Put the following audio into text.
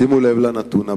שימו לב לנתון הבא: